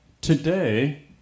today